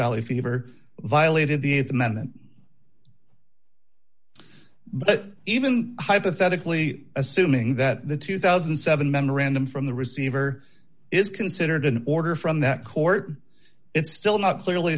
valley fever violated the th amendment but even hypothetically assuming that the two thousand and seven memorandum from the receiver is considered an order from that court it's still not clearly